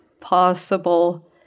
possible –